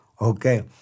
okay